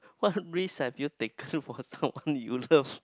what risks had you take for someone you love